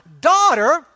daughter